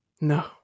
No